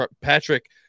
Patrick